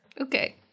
Okay